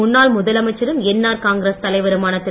முன்னாள் முதலமைச்சரும் NR Congress Puduvai தலைவருமான திரு